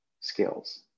skills